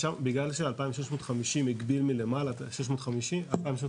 בגלל ש-2,650 הגביל מלמעלה את ה-2,650,